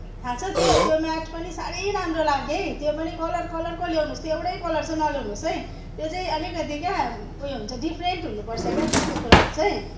थाह छ त्यो त्यो म्याट पनि साह्रै राम्रो लाग्यो है त्यो पनि कलर कलरको ल्याउनुहोस् त्यो एउटै कलर चाहिँ नल्याउनुहोस् है त्यो चाहिँ अलिकति क्या उयो हुन्छ डिफ्रेन्ट हुनपर्छ क्या त्यस्तो कुराहरू चाहिँ